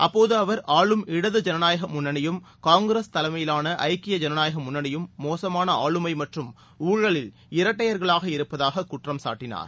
அப்போது அவர் ஆளும் இடது ஜனநாயக முன்னணியும் காங்கிரஸ் தலைமையிவான ஐக்கிய ஜனநாயக முன்னணியும் மோசமான ஆளுமை மற்றும் ஊழலில் இரட்டையர்களாக இருப்பதாக குற்றம் சாட்டினார்